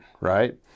right